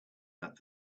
that